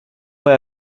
poi